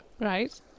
Right